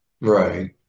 Right